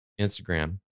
Instagram